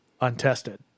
untested